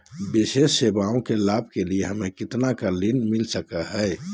विशेष सेवाओं के लाभ के लिए हमें कितना का ऋण मिलता सकता है?